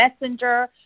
Messenger